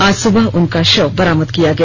आज सुबह उनका शव बरामद किया गया